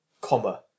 comma